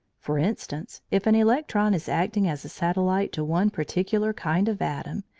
for instance, if an electron is acting as a satellite to one particular kind of atom,